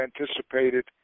anticipated